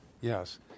Yes